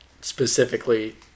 specifically